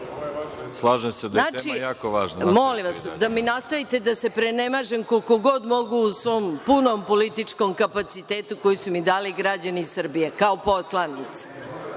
Slažem se da je tema jako važna. **Maja Gojković** Molim vas da mi dozvolite da se prenemažem koliko god mogu, u svom punom političkom kapacitetu koji su mi dali građani Srbije, kao poslanici.